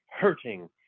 hurting